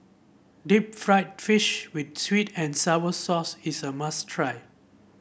Deep Fried Fish with sweet and sour sauce is a must try